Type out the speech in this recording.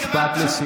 למי התכוונת?